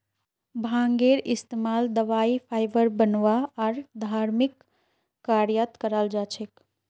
भांगेर इस्तमाल दवाई फाइबर बनव्वा आर धर्मिक कार्यत कराल जा छेक